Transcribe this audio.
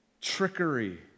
trickery